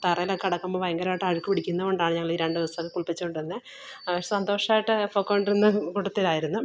തറയിൽ കിടക്കുമ്പോൾ ഭയങ്കരമായിട്ട് അഴുക്ക് പിടിക്കുന്നത് കൊണ്ടാണ് ഞങ്ങള് ഈ രണ്ടു ദിവസം കുളിപ്പിച്ചുകൊണ്ടിരുന്നത് പക്ഷെ സന്തോഷമായിട്ട് പൊക്കൊണ്ടിരുന്ന കൂട്ടത്തിലാരുന്നു